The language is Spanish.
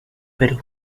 perú